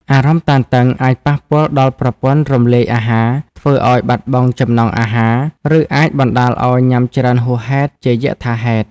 អារម្មណ៍តានតឹងអាចប៉ះពាល់ដល់ប្រព័ន្ធរំលាយអាហារ ធ្វើឲ្យបាត់បង់ចំណង់អាហារ ឬអាចបណ្ដាលឲ្យញ៉ាំច្រើនហួសហេតុជាយថាហេតុ។